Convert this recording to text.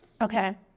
Okay